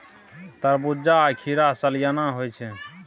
तरबूज्जा आ खीरा सलियाना होइ छै